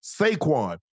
Saquon